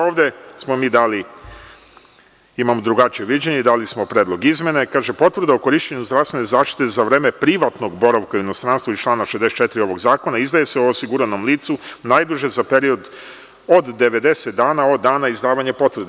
Ovde imamo drugačije viđenje i mi smo dali predlog izmene, kaže – potvrda o korišćenju zdravstvene zaštite za vreme privatnog boravka u inostranstvu iz člana 64. ovog zakona izdaje se osiguranom licu najduže za period od 90 dana od dana izdavanja potvrde.